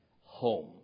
home